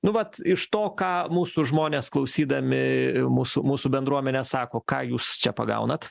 nu vat iš to ką mūsų žmonės klausydami mūsų mūsų bendruomenė sako ką jūs čia pagaunat